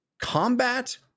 combat